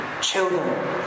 Children